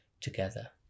together